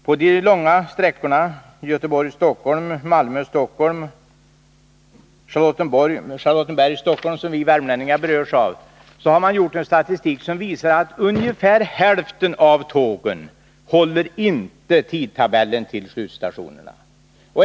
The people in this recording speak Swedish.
På de långa sträckorna Göteborg-Stockholm, Malmö-Stockholm, Charlottenberg-Stockholm — den senare linjen är den som vi värmlänningar berörs av — visar statistiken att ungefär hälften av tågen inte håller tidtabellen ända fram till slutstationerna.